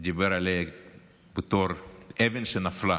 הוא דיבר עליה בתור אבן שנפלה.